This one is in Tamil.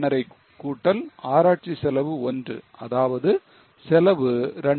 5 கூட்டல் ஆராய்ச்சி செலவு 1 அதாவது செலவு 2